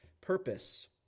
purpose